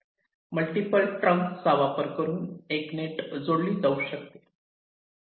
multiple ट्रंकचा वापर करून एक नेट जोडली जाऊ शकते